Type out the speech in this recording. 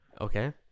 Okay